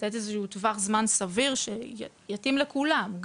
לתת איזשהו טווח זמן סביר שיתאים לכולם,